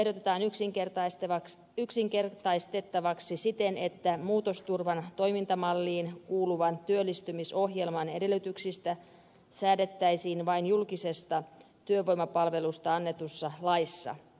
lainsäädäntöä ehdotetaan yksinkertaistettavaksi siten että muutosturvan toimintamalliin kuuluvan työllistymisohjelman edellytyksistä säädettäisiin vain julkisesta työvoimapalvelusta annetussa laissa